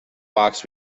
box